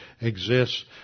exists